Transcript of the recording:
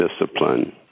discipline